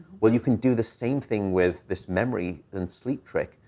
well, you can do the same thing with this memory and sleep trick,